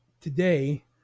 today